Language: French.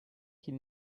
qu’il